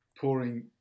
pouring